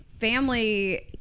family